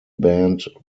band